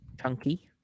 Chunky